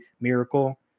miracle